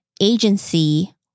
agency